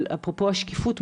אבל אפרופו השקיפות,